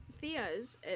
Thea's